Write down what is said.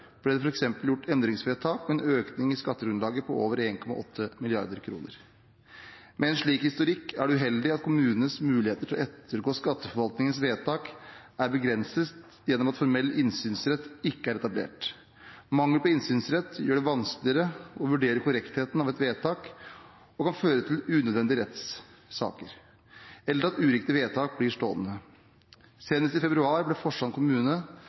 ble det f.eks. gjort endringsvedtak, med en økning i skattegrunnlaget på over 1,8 mrd. kr. Med en slik historikk er det uheldig at kommunenes muligheter til å ettergå skatteforvaltningens vedtak er begrenset gjennom at en formell innsynsrett ikke er etablert. Mangel på innsynsrett gjør det vanskeligere å vurdere korrektheten av et vedtak og kan føre til unødvendige rettssaker eller til at uriktige vedtak blir stående. Senest i februar ble Forsand kommune